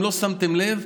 אם לא שמתם לב,